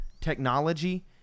technology